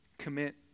Commit